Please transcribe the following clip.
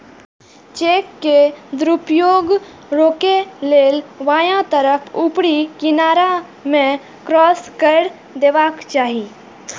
cheque के दुरुपयोग रोकै लेल बायां तरफ ऊपरी किनारा मे क्रास कैर देबाक चाही